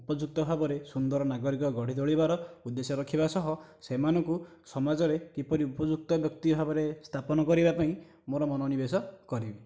ଉପଯୁକ୍ତ ଭାବରେ ସୁନ୍ଦର ନାଗରିକ ଗଢ଼ି ତୋଳିବାର ଉଦ୍ଦେଶ୍ୟ ରଖିବା ସହ ସେମାନଙ୍କୁ ସମାଜରେ କିପରି ଉପଯୁକ୍ତ ବ୍ୟକ୍ତି ଭାବରେ ସ୍ଥାପନ କରିବା ପାଇଁ ମୋର ମନୋନିବେଶ କରିବି